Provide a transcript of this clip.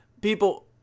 People